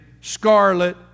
scarlet